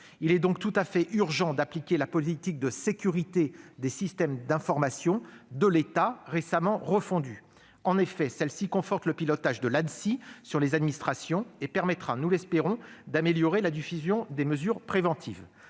Il est donc tout fait urgent d'appliquer la politique de sécurité des systèmes d'information de l'État, récemment refondue. En effet, celle-ci conforte le pilotage de l'Anssi sur les administrations et permettra, nous l'espérons, d'améliorer la diffusion des mesures préventives.